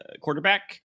quarterback